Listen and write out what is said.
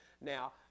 Now